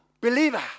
believer